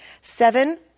Seven